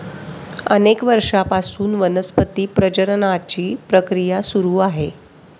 अनेक वर्षांपासून वनस्पती प्रजननाची प्रक्रिया सुरू आहे